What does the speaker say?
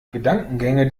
gedankengänge